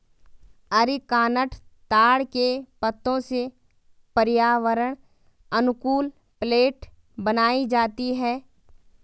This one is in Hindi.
अरीकानट ताड़ के पत्तों से पर्यावरण अनुकूल प्लेट बनाई जाती है